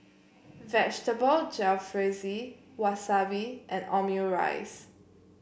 Vegetable Jalfrezi Wasabi and Omurice